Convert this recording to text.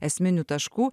esminių taškų